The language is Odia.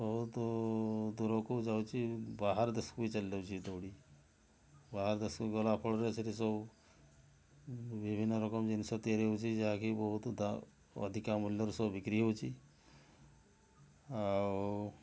ବହୁତ ଦୂରକୁ ଯାଉଛି ବାହାର ଦେଶକୁ ବି ଚାଲିଯାଉଛି ଏ ଦଉଡ଼ି ବାହାର ଦେଶକୁ ଗଲା ଫଳରେ ସେଠି ସବୁ ବିଭିନ୍ନ ରକମ ଜିନିଷ ତିଆରି ହେଉଛି ଯାହାକି ବହୁତ ଦା ଅଧିକା ମୂଲ୍ୟରେ ସବୁ ବିକ୍ରୀ ହେଉଛି ଆଉ